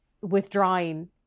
withdrawing